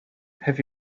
have